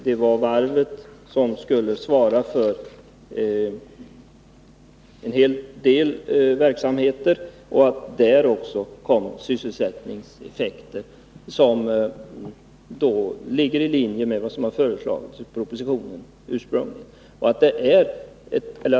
Det var varvet som skulle svara för en hel del verksamheter, vilket innebar sysselsättningseffekter som ligger i linje med vad som ursprungligen har föreslagits i propositionen.